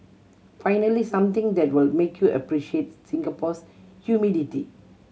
finally something that will make you appreciate Singapore's humidity